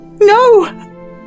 No